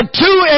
two